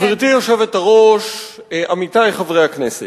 גברתי היושבת-ראש, עמיתי חברי הכנסת,